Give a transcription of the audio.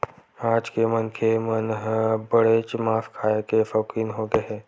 आज के मनखे मन ह अब्बड़ेच मांस खाए के सउकिन होगे हे